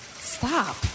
Stop